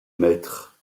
mettre